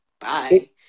Bye